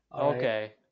okay